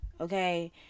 okay